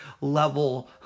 level